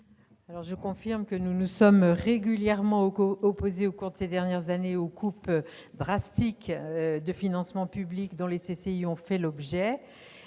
spéciale ? Nous nous sommes régulièrement opposés ces dernières années aux coupes drastiques du financement public dont les CCI ont fait l'objet.